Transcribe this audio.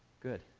good.